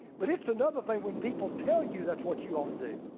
but it's another thing when people tell you, that's what you ought to do.